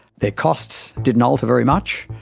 their costs did not alter very much.